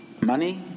money